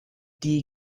die